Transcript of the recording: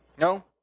No